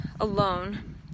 alone